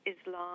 Islam